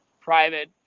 private